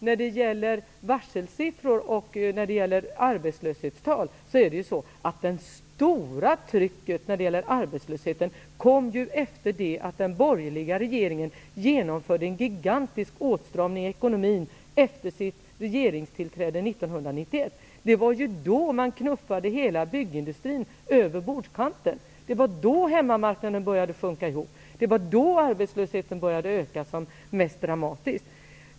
När det gäller varselsiffror och arbetslöshetstal kom det stora trycket i fråga om arbetslösheten efter det att den borgerliga regeringen genomförde en gigantisk åtstramning efter sitt regeringstillträde 1991. Det var ju då hela byggindustrin knuffades över bordskanten. Det var då hemmamarknaden började sjunka ihop. Det var då arbetslösheten började öka som mest dramatiskt.